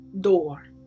door